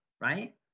right